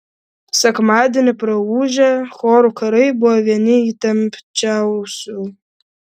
sekmadienį praūžę chorų karai buvo vieni įtempčiausių